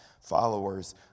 followers